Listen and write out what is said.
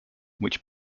which